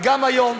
וגם היום,